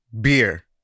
beer